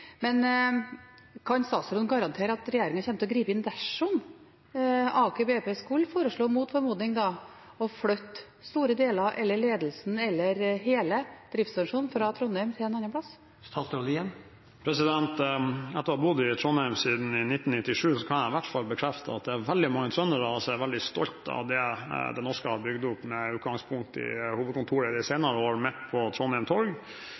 men kan statsråden garantere at regjeringen kommer til å gripe inn dersom Aker BP mot formodning skulle foreslå å flytte ledelsen eller store deler av – eller hele – driftsorganisasjonen fra Trondheim til et annet sted? Etter å ha bodd i Trondheim siden 1997 kan jeg i hvert fall bekrefte at det er veldig mange trøndere som er veldig stolte av det Det norske har bygd opp de senere år med utgangspunkt i hovedkontoret midt på Trondheim torg.